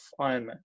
Ironman